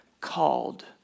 Called